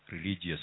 religious